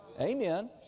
amen